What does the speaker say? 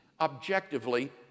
objectively